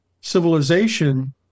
civilization